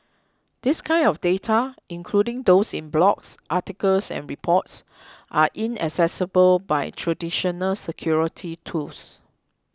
this kind of data including those in blogs articles and reports are inaccessible by traditional security tools